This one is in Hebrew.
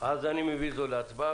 אז אני מביא את זה להצבעה.